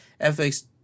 FX